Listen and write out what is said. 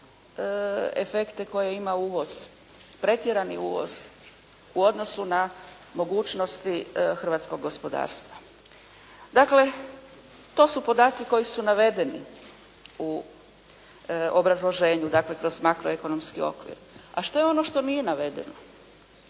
negativne efekte koje ima uvoz, pretjerani uvoz u odnosu na mogućnosti hrvatskog gospodarstva. Dakle, to su podaci koji su navedeni u obrazloženju dakle, kroz makroekonomski okvir. A što je ono što nije navedeno?